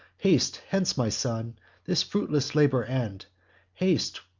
haste hence, my son this fruitless labor end haste,